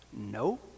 no